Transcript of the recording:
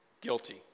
guilty